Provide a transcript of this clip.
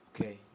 okay